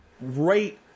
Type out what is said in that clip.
right